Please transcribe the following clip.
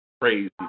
crazy